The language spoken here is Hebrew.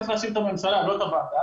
צריך להאשים את הממשלה ולא את הוועדה,